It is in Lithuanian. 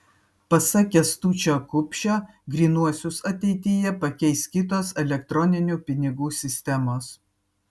pasak kęstučio kupšio grynuosius ateityje pakeis kitos elektroninių pinigų sistemos